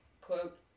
quote